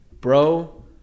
Bro